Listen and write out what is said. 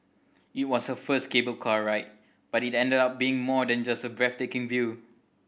it was her first cable car ride but it ended up being more than just a breathtaking view